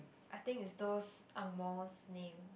I think is those angmoh's name